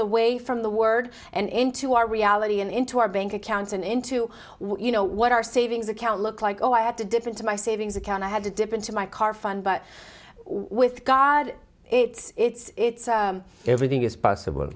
away from the word and into our reality and into our bank accounts and into what you know what our savings account look like oh i had to dip into my savings account i had to dip into my car fund but with god it's everything is possible